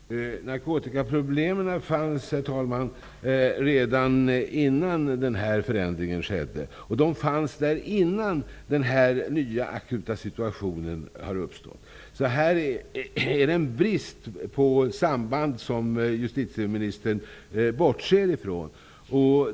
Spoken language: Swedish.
Herr talman! Narkotikaproblemen fanns redan innan den här förändringen skedde. De fanns också innan denna nya akuta situation uppstod. Här finns det alltså en brist på samband som justitieministern bortser från.